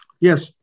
Yes